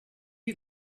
eat